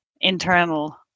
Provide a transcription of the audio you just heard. internal